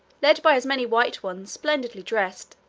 led by as many white ones, splendidly dressed.